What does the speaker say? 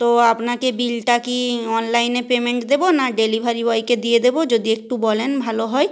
তো আপনাকে বিলটা কি অনলাইনে পেমেন্ট দেবো না ডেলিভারি বয়কে দিয়ে দেবো যদি একটু বলেন ভালো হয়